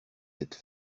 cette